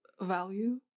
value